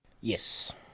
Yes